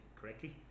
correctly